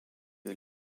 les